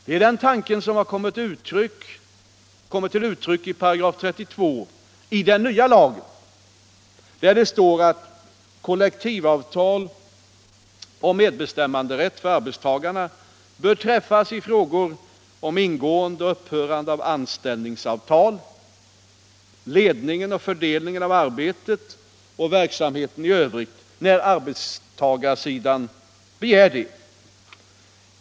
Det är den tanken som har kommit till uttryck i 32 § i den nya lagen, där det står att kollektivavtal och medbestämmanderätt för arbetstagarna bör träffas i frågor om ingående och upphörande av anställningsavtal, ledningen och fördelningen av arbetet och verksamhetens bedrivande i övrigt, när arbetstagarsidan begär det.